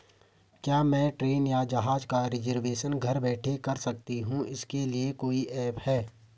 क्या मैं ट्रेन या जहाज़ का रिजर्वेशन घर बैठे कर सकती हूँ इसके लिए कोई ऐप है?